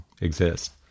exist